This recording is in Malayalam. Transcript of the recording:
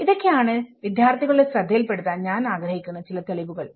ഇതൊക്കെയാണ് വിദ്യാർഥികളുടെ ശ്രദ്ധയിൽപ്പെടുത്താൻ ഞാൻ ആഗ്രഹിക്കുന്ന ചില തെളിവുകൾ